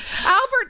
Albert